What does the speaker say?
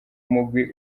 umugwi